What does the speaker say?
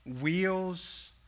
wheels